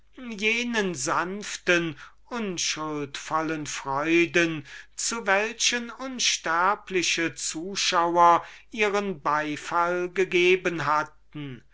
jenen sanften und unschuldsvollen freuden zu welchen seiner einbildung nach unsterbliche zuschauer ihren beifall gegeben hatten